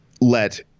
let